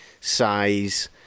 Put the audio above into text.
size